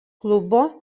klubo